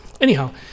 anyhow